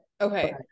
Okay